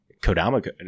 Kodama